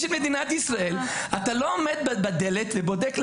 אתה לא עומד בדלת ובודק,